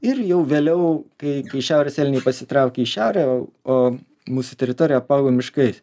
ir jau vėliau kai kai šiaurės elniai pasitraukė į šiaurę o mūsų teritorija apaugo miškais